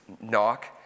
knock